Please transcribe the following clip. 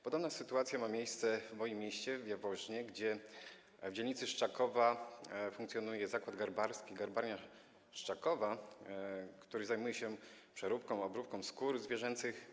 Podobna sytuacja ma miejsce w moim mieście, w Jaworznie, gdzie w dzielnicy Szczakowa funkcjonuje zakład garbarski, Garbarnia Szczakowa, który zajmuje się przeróbką, obróbką skór zwierzęcych.